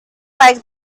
like